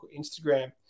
Instagram